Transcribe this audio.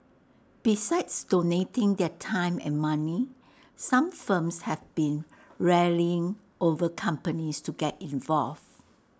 besides donating their time and money some firms have been rallying over companies to get involved